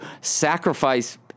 sacrifice